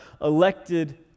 elected